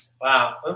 Wow